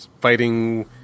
fighting